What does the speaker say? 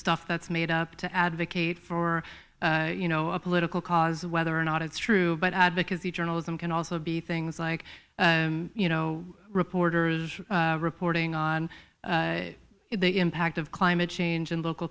stuff that's made up to advocate for you know a political cause whether or not it's true but advocacy journalism can also be things like you know reporters reporting on the impact of climate change in local